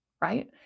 right